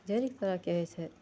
ढेरिक तरहके होइ छै